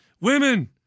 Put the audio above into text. Women